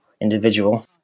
individual